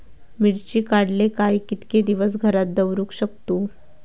मिर्ची काडले काय कीतके दिवस घरात दवरुक शकतू?